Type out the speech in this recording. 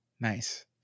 nice